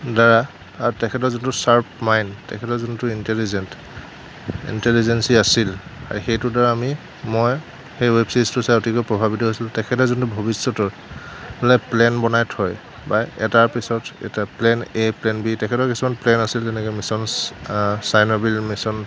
দ্বাৰা আৰু তেখেতৰ যিটো শ্ৱাৰ্প মাইণ্ড তেখেতৰ যোনটো ইণ্টেলিজেণ্ট ইণ্টেলিজেঞ্ছি আছিল আৰু সেইটোৰ দ্বাৰা আমি মই সেই ৱেব চিৰিজটো চাই অতিকৈ প্ৰভাৱিত হৈছিলোঁ তেখেতৰ যোনটো ভৱিষ্যতৰ প্লেন বনাই থয় বা এটাৰ পিছত এটা প্লেন এ প্লেন বি তেখেতৰ কিছুমান প্লেন আছিল যেনেকৈ মিছন্স চাইনা বিল মিছন